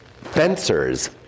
Fencers